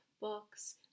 books